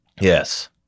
Yes